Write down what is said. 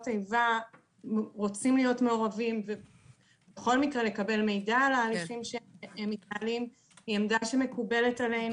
איבה רוצים להיות מעורבים ולקבל מידע היא עמדה שמקובלת עלינו.